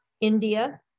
India